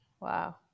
Wow